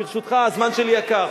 ברשותך, הזמן שלי יקר.